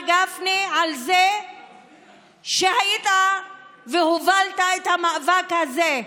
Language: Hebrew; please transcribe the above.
גפני על זה שהיית והובלת את המאבק הזה.